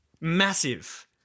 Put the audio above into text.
Massive